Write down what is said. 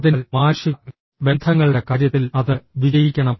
അതിനാൽ മാനുഷിക ബന്ധങ്ങളുടെ കാര്യത്തിൽ അത് വിജയിക്കണം